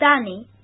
Danny